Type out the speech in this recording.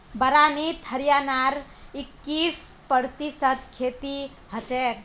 बारानीत हरियाणार इक्कीस प्रतिशत खेती हछेक